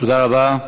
תודה רבה.